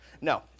No